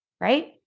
right